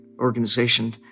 organization